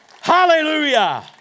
Hallelujah